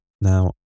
now